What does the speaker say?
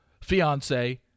fiance